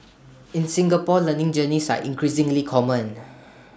in Singapore learning journeys are increasingly common